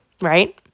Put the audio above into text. right